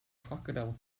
crocodile